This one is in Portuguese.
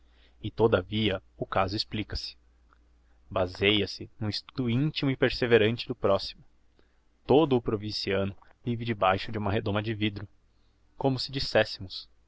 e todavia o caso explica-se baseia se no estudo intimo e perseverante do proximo todo o provinciano vive debaixo de uma redoma de vidro como se disséssemos